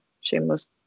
shameless